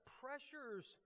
pressures